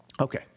Okay